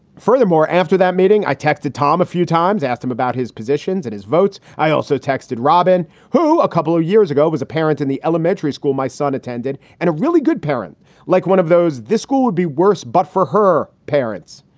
furthermore, after that meeting, i texted tom a few times, asked him about his positions and his votes. i also texted robin, who a couple of years ago was a parent in the elementary school my son attended, and a really good parent like one of those. this school would be worse. but for her parents,